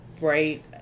Right